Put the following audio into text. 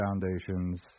foundations